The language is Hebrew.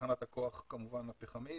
בתחנת הכוח הפחמית כמובן,